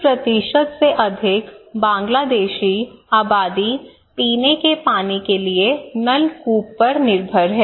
80 से अधिक बांग्लादेशी आबादी पीने के पानी के लिए नलकूप पर निर्भर है